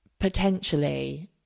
potentially